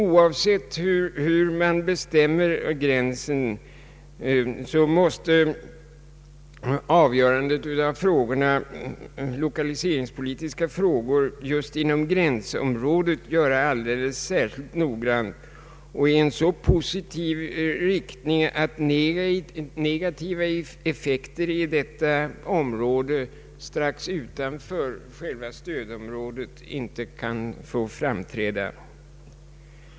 Oavsett hur gränsen dras måste avgörandet av lokaliseringspolitiska frågor just inom gränsområdet göras alldeles särskilt noggrant och i en så positiv riktning att negativa effekter i området strax utanför själva stödområdet inte uppkommer.